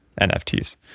NFTs